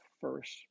first